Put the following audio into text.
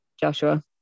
Joshua